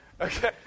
Okay